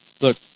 look